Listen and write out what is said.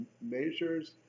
measures